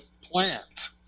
plant